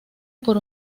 por